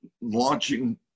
launching